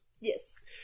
yes